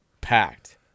packed